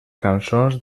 cançons